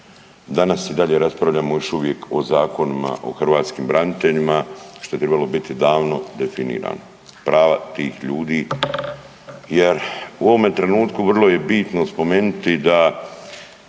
danas i dalje raspravljamo još uvijek o zakonima o hrvatskim braniteljima, što je trebalo biti davno definirano, prava tih ljudi, jer u ovome trenutku vrlo je bitno spomenuti da